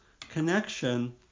connection